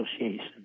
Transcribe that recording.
association